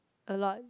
a lot